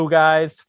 guys